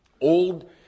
Old